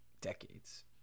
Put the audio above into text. Decades